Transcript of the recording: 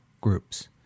groups